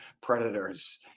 predators